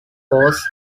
course